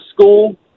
school